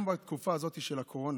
גם בתקופה הזאת של הקורונה,